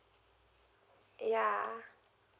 yeah